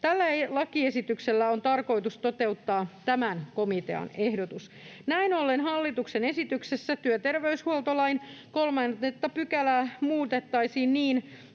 Tällä lakiesityksellä on tarkoitus toteuttaa tämä komitean ehdotus. Näin ollen hallituksen esityksessä työterveyshuoltolain 3 §:ää muutettaisiin niin,